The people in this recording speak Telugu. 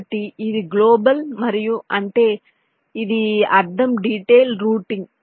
కాబట్టి ఇది గ్లోబల్ మరియు అంటే దీని అర్థం డిటైల్ రూటింగ్